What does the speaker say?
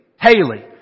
Haley